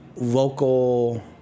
local